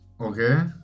okay